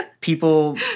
people